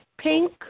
Pink